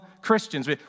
Christians